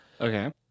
Okay